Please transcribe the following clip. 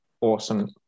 awesome